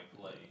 play